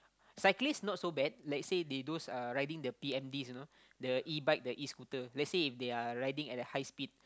cyclists not so bad let say they those Uh riding the P_M_Ds you know the E-bike the E-scooter lets say if they're riding at a high speed